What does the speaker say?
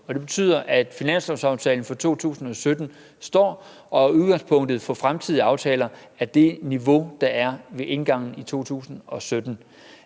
Det betyder, at finanslovsaftalen for 2017 står som udgangspunktet for fremtidige aftaler, altså at det er det niveau, der er ved indgangen til 2017.